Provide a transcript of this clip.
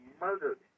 murdered